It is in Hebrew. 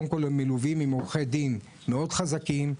קודם כול הם מלווים בעורכי דין מאוד חזקים,